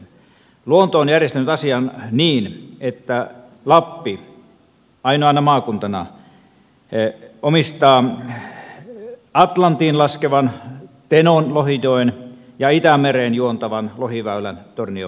luonto on järjestänyt asian niin että lappi ainoana maakuntana omistaa atlanttiin laskevan tenon lohijoen ja itämereen juontavan lohiväylän tornion muonionjoen